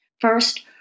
First